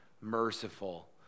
merciful